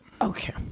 Okay